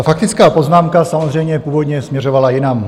Ta faktická poznámka samozřejmě původně směřovala jinam.